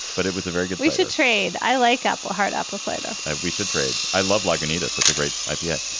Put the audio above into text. but it was a very good lisa trade. i like apple hard apple cider we should trade. i love like anita. that's a great idea.